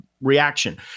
reaction